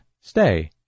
Stay